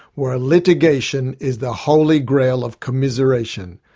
where litigation is the holy grail of commiseration.